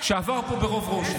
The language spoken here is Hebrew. חוק שעבר פה ברוב רושם.